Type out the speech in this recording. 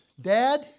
Dad